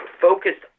focused